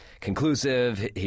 conclusive